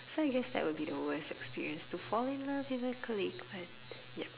so I guess that would be the worst experience to fall in love with a colleague but yup